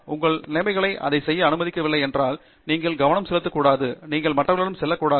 உங்கள் நிலைமைகள் அதைச் செய்ய அனுமதிக்கவில்லை என்றால் நீங்கள் கவனம் செலுத்தக்கூடாது நீங்கள் மற்றவர்களிடம் செல்ல வேண்டும்